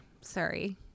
Sorry